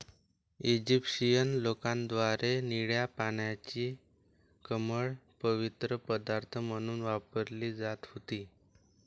Egyptian लोकांद्वारे निळ्या पाण्याची कमळ पवित्र पदार्थ म्हणून वापरली जात होती